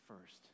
first